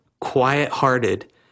quiet-hearted